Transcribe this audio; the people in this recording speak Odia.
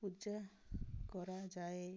ପୂଜା କରାଯାଏ